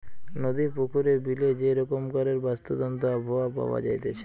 নদী, পুকুরে, বিলে যে রকমকারের বাস্তুতন্ত্র আবহাওয়া পাওয়া যাইতেছে